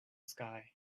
sky